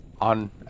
on